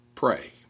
Pray